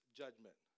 judgment